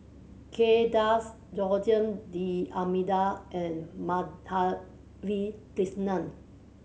Kay Das Joaquim D'Almeida and Madhavi Krishnan